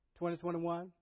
2021